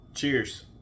Cheers